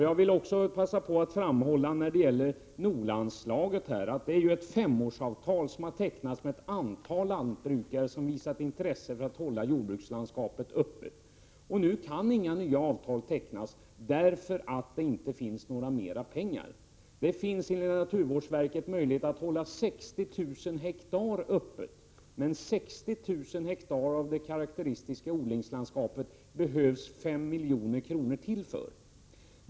Jag vill också passa på att framhålla när det gäller NOLA-projektet att det är ett femårsavtal som tecknats med ett antal lantbrukare som visat intresse för att hålla jordbrukslandskapet öppet. Nu kan inga nya avtal tecknas därför att det inte finns mer pengar. Det finns enligt naturvårdsverket möjlighet att hålla 60 000 hektar av det karakteristiska odlingslandskapet öppet men för detta behövs ytterligare 5 milj.kr.